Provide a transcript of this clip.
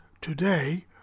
today